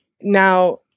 now